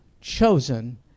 chosen